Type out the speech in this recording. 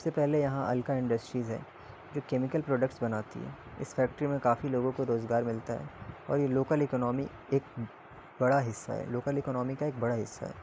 سب سے پہلے یہاں الکا انڈسٹریز ہے جو کیمیکل پروڈکٹس بناتی ہیں اس فیکٹری میں کافی لوگوں کو روزگار ملتا ہے اور یہ لوکل اکنامی ایک بڑا حصہ ہے لوکل اکنامی کا ایک بڑا حصہ ہے